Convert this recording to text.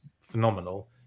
phenomenal